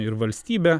ir valstybė